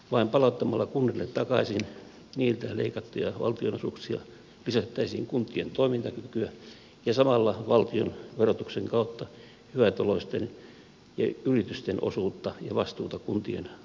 vain palauttamalla kunnille takaisin niiltä leikattuja valtionosuuksia lisättäisiin kuntien toimintakykyä ja samalla valtion verotuksen kautta hyvätuloisten ja yritysten osuutta ja vastuuta kuntien rahoituksesta